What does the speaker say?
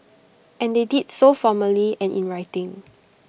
and they did so formally and in writing